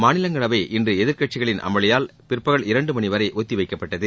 மாநிலங்களவை இன்று எதிர்க்கட்சிகளின் அமளியால் பிற்பகல் இரண்டு மணி வரை ஒத்தி வைக்கப்பட்டது